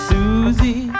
Susie